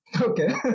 Okay